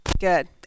Good